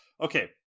Okay